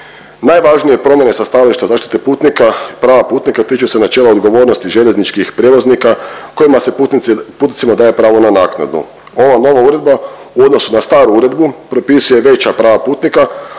Najvažnije promjene sa stajališta zaštite putnika i prava putnika tiče se načela odgovornosti željezničkih prijevoznika kojima se putnicima daje pravo na naknadu. Ova nova uredba u odnosu na staru uredbu propisuje veća prava putnika,